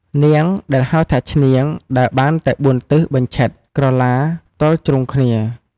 នាង ដែលហៅថាឈ្នាង ដើរបានតែ ៤ទិសបញ្ឆិត ក្រឡាទល់ជ្រុងគ្នា។